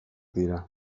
dira